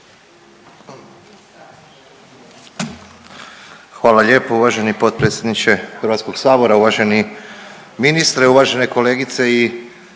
Hvala lijepo uvaženi potpredsjedniče Hrvatskog sabora, uvaženi ministre, uvažene kolegice i